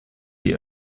die